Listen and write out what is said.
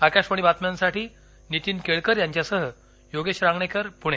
आकाशवाणी बातम्यांसाठी नीतीन केळकर यांच्यासह योगेश रांगणेकर पुणे